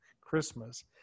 Christmas